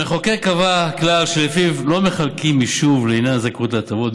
המחוקק קבע כלל שלפיו לא מחלקים יישוב לעניין הזכאות להטבות,